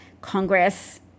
Congress